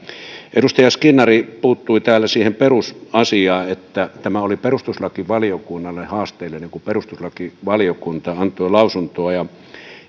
edustaja skinnari puuttui täällä siihen perusasiaan että tämä oli perustuslakivaliokunnalle haasteellinen kun perustuslakivaliokunta antoi lausuntoa